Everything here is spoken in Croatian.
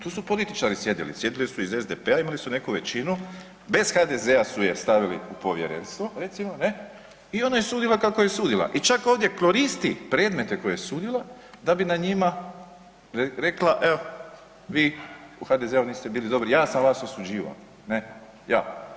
Tu su političari sjedili, sjedili su iz SDP-a imali su neku većinu, bez HDZ-a su je stavili u povjerenstvo recimo ne, i ona je sudila kako je sudila i čak ovdje koristi predmete koje je sudila da bi na njima rekla evo vi u HDZ-u niste bili dobro ja sam vas osuđivala, ne, ja.